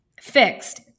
fixed